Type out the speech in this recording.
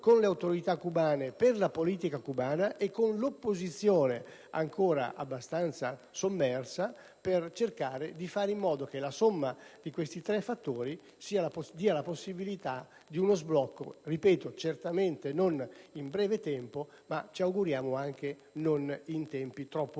con le autorità cubane per la politica cubana e con l'opposizione, ancora abbastanza sommersa, per fare in modo che la somma di questi tre fattori consenta uno sblocco, ripeto, certamente non in breve tempo, ma, ci auguriamo, anche in tempi non troppo